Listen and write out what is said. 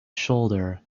shoulder